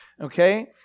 Okay